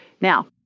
Now